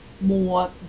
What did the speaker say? more